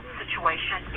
situation